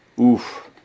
Oof